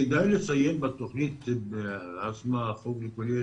כדאי לציין בתוכנית חוג לכל ילד,